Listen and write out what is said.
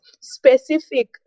specific